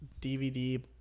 DVD